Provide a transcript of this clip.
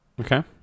okay